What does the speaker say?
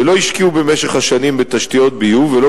שלא השקיעו במשך השנים בתשתיות ביוב ולא